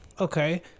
okay